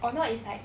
or not it's like